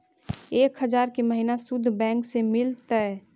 एक हजार के महिना शुद्ध बैंक से मिल तय?